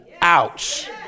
ouch